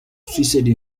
suicide